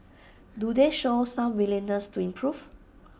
do they show some willingness to improve